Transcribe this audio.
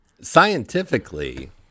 scientifically